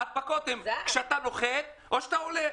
ההדבקות הן כשאתה נוחת או כשאתה עולה.